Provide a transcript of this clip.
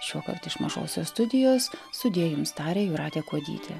iš mažosios studijos sudie jums tarė jūratė kuodytė